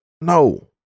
no